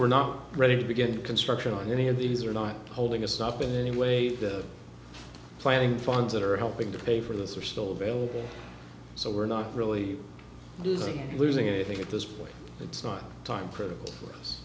we're not ready to begin construction on any of these are not holding us up in any way planning funds that are helping to pay for this are still available so we're not really dizzy and losing anything at this point it's not time critical for